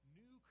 new